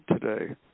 today